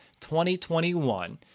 2021